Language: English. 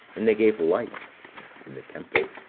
and they gave light in the temple.